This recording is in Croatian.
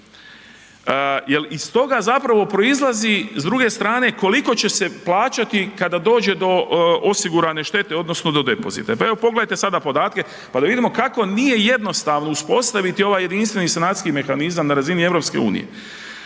iz toga zapravo proizlazi s druge strane, koliko će se plaćati kada dođe do osigurane štete odnosno do depozita. Pa evo, pogledajte sada podatke pa da vidimo kako nije jednostavno uspostaviti ovaj Jedinstveni sanacijski mehanizam na razini EU. Grčka u